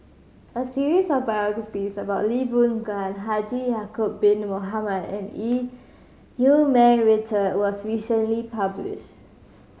a series of biographies about Lee Boon Gan Haji Ya'acob Bin Mohamed and Eu Yee Ming Richard was recently published